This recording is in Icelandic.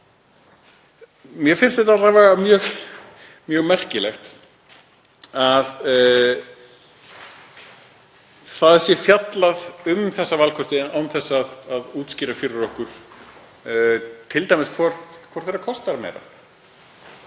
Mér finnst þetta mjög merkilegt, að það sé fjallað um þessa valkosti án þess að útskýra fyrir okkur t.d. hvor þeirra kostar meira.